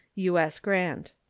u s. grant.